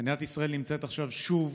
מדינת ישראל נמצאת עכשיו שוב